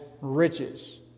riches